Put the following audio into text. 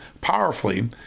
powerfully